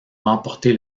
remporté